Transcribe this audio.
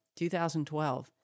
2012